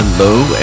Hello